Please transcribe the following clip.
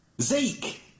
Zeke